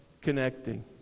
connecting